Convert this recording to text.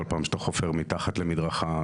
כל פעם שאתה חופר מתחת למדרכה,